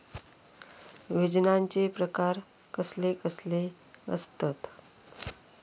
योजनांचे प्रकार कसले कसले असतत?